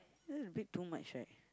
that's a bit too much right